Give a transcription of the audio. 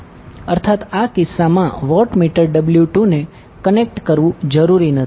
અર્થાત આ કિસ્સામાં વોટમીટર W 2 ને કનેક્ટ કરવું જરૂરી નથી